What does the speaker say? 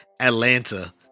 Atlanta